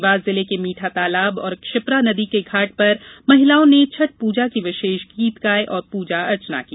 देवास जिले के मीठा तालाब और क्षिप्रा नदी के घाट पर महिलाओं ने छठ पूजा के विशेष गीत गाये और पूजा अर्चना की